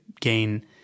gain